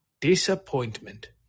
Disappointment